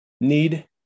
need